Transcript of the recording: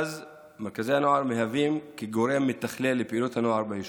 מרכזי הנוער הם גורם מתכלל לפעילות הנוער ביישוב.